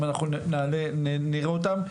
אם אנחנו נראה אותם,